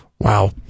wow